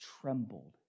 trembled